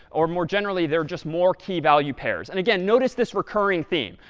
or more generally, they're just more key value pairs. and again, notice this recurring theme.